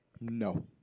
No